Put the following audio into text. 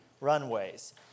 Runways